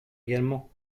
également